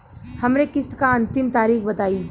हमरे किस्त क अंतिम तारीख बताईं?